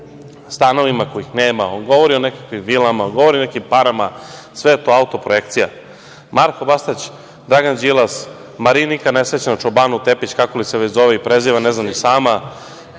stanovima, kojih nema. On govori o nekakvim vilama, o nekim parama. Sve je to autoprojekcija. Marko Bastać, Dragan Đilas, Marinika nesrećna Čobanu Tepić, kako li se već zove i preziva, ne zna ni sama,